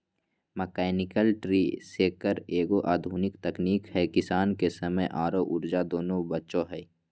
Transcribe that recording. mechanical tree shaker एगो आधुनिक तकनीक है किसान के समय आरो ऊर्जा दोनों बचो हय